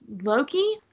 Loki